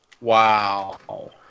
Wow